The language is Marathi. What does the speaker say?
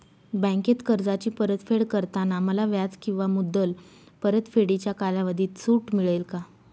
बँकेत कर्जाची परतफेड करताना मला व्याज किंवा मुद्दल परतफेडीच्या कालावधीत सूट मिळेल का?